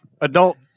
adult